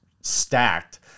stacked